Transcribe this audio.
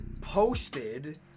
posted